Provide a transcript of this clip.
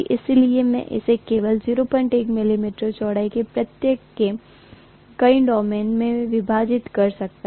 इसलिए मैं इसे केवल 01 मिलीमीटर चौड़ाई के प्रत्येक के कई डोमेन में विभाजित कर सकता हूं